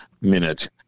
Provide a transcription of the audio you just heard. minute